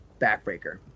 backbreaker